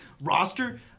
roster